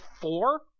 four